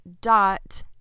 dot